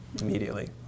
immediately